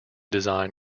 design